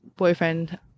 boyfriend